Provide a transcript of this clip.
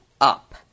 up